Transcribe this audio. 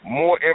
more